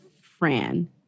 Fran